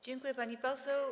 Dziękuję, pani poseł.